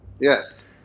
Yes